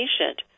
patient